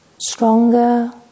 stronger